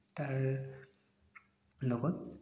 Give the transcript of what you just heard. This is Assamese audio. তাৰ লাগত